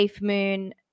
Moon